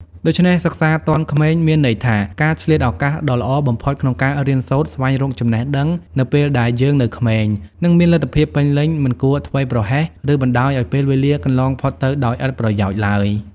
ដូច្នេះសិក្សាទាន់ក្មេងមានន័យថា ការឆ្លៀតឱកាសដ៏ល្អបំផុតក្នុងការរៀនសូត្រស្វែងរកចំណេះដឹងនៅពេលដែលយើងនៅក្មេង និងមានលទ្ធភាពពេញលេញ មិនគួរធ្វេសប្រហែស ឬបណ្តោយឱ្យពេលវេលាកន្លងផុតទៅដោយឥតប្រយោជន៍ឡើយ ។